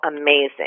amazing